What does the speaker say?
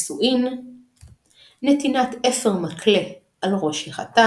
לא להסתכל על הכהנים בשעה שמברכים שטיפת